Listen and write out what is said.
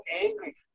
angry